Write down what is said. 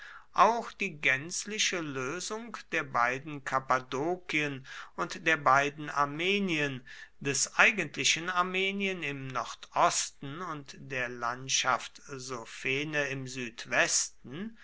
auch die gänzliche lösung der beiden kappadokien und der beiden armenien des eigentlichen armenien im nordosten und der landschaft sophene im südwesten